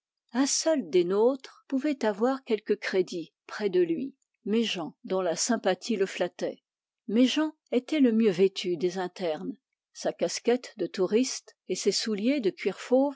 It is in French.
un seul des nôtres pouvait avoir quelque crédit près de lui méjean dont la sympathie le flattait méjean était le mieux vêtu des internes sa casquette de touriste et ses souliers de cuir